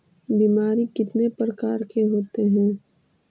बीमारी कितने प्रकार के होते हैं?